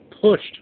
pushed